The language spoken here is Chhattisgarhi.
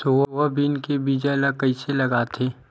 सोयाबीन के बीज ल कइसे लगाथे?